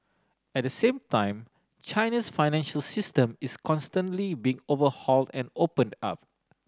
at the same time China's financial system is constantly being overhauled and opened up